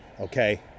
okay